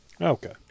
Okay